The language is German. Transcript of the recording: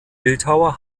bildhauer